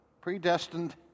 Predestined